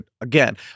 Again